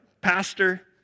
pastor